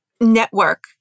network